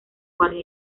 guardia